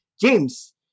James